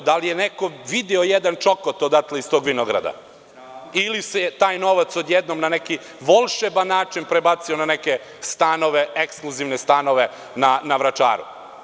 Da li je neko video jedan čokot odatle, iz tog vinograda, ili se taj novac odjednom, na neki volšeban način prebacio na neke ekskluzivne stanove na Vračaru?